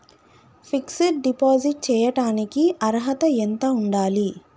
Fix డ్ deposit చేయటానికి అర్హత ఎంత ఉండాలి?